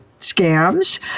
Scams